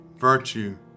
virtue